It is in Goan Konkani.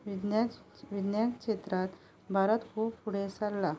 विज्ञान विज्ञान शेत्रांत भारत खूब फुडें सरला